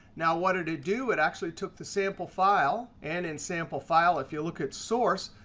now what did it do? it actually took the sample file. and in sample file, if you look at source,